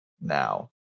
now